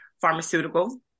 pharmaceutical